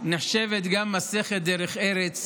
נחשבת גם מסכת דרך ארץ,